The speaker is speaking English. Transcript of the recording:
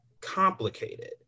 complicated